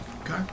Okay